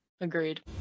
Agreed